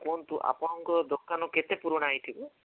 କୁହନ୍ତୁ ଆପଣଙ୍କର ଦୋକାନ କେତେ ପୁରୁଣା ହୋଇଥିବ